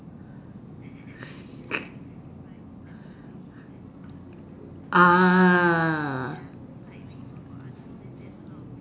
ah